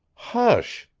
hush!